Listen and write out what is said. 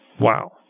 Wow